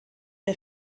der